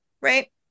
right